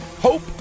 Hope